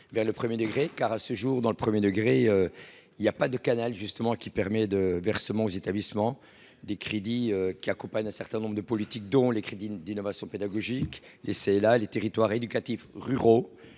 vers le premier degré, car à ce jour dans le 1er degré, il y a pas de Canal, justement, qui permet de versements aux établissements des crédits qui accompagnent un certain nombre de politiques dont les crédits d'innovation pédagogique la les territoires éducatif ruraux,